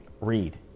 read